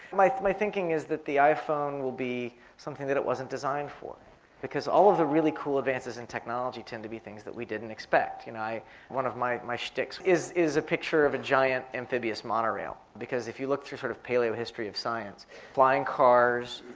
my my thinking is that the iphone will be something that it wasn't designed for because all of the really cool advances in technology tend to be things that we didn't expect. you know one of my my shticks is a picture of a giant amphibious monorail, because if you look through sort of paleo-history of science flying cars,